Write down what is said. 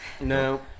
No